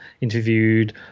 interviewed